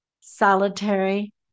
solitary